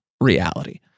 reality